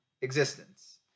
existence